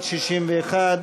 (61)